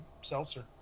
Seltzer